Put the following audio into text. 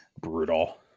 Brutal